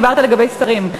דיברת לגבי שרים,